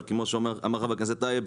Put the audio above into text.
אבל כמו שאמר חבר הכנסת טייב,